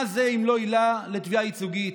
מה זה אם לא עילה לתביעה ייצוגית,